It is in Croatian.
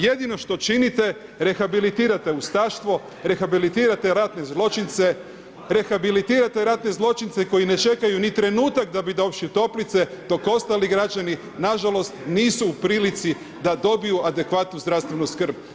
Jedino što činite, rehabilitirate ustaštvo, rehabilitirate ratne zločince, rehabilitirate ratne zločince koji ne čekaju ni trenutak da bi došli u toplice, dok ostali građani na žalost nisu u prilici da dobiju adekvatnu zdravstvenu skrb.